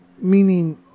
meaning